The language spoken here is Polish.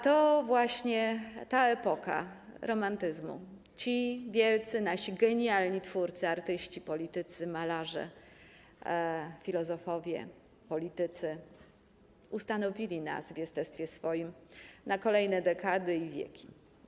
To właśnie ta epoka romantyzmu, ci nasi wielcy, genialni twórcy, artyści, politycy, malarze, filozofowie, politycy ustanowili nas w jestestwie naszym na kolejne dekady i wieki.